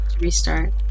restart